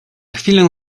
chwilę